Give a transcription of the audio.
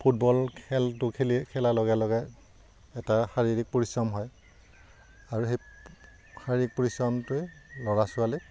football খেলটো খেলি খেলাৰ লগে লগে এটা শাৰীৰিক পৰিশ্ৰম হয় আৰু সেই শাৰীৰিক পৰিশ্ৰমটোৱে ল'ৰা ছোৱালী